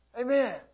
Amen